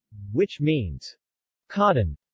which means cotton.